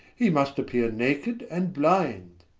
hee must appeare naked, and blinde.